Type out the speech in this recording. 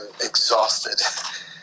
exhausted